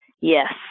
Yes